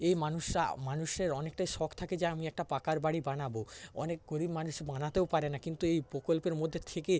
এ মানুষরা মানুষের অনেকটাই শখ থাকে যে আমি একটা পাকা বাড়ি বানাব অনেক গরিব মানুষ বানাতেও পারে না কিন্তু এই প্রকল্পের মধ্যে থেকে